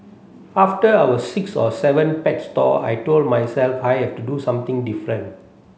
after our sixth or seventh pet store I told myself I have to do something different